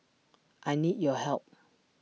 I need your help